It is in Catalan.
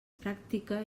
pràctica